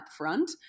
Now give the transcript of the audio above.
upfront